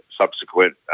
subsequent